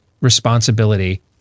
responsibility